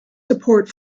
support